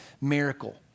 miracle